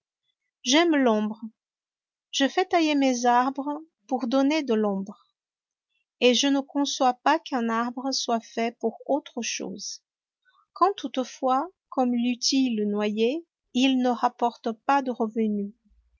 j'aime l'ombre je fais tailler mes arbres pour donner de l'ombre et je ne conçois pas qu'un arbre soit fait pour autre chose quand toutefois comme l'utile noyer il ne rapporte pas de revenu